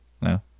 No